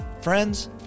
Friends